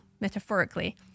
metaphorically